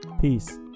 Peace